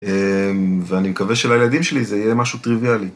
ואני מקווה שלילדים שלי זה יהיה משהו טריוויאלי.